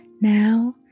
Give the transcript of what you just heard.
Now